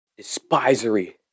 despisery